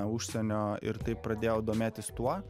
užsienio ir taip pradėjau domėtis tuo